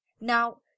Now